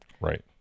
right